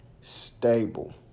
stable